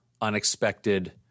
unexpected